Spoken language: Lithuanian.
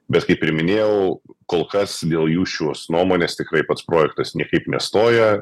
bet kaip ir minėjau kol kas dėl jų šiuos nuomonės tikrai pats projektas niekaip nestoja